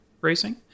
racing